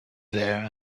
there